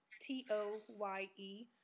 t-o-y-e